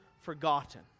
forgotten